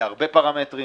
בהרבה פרמטרים.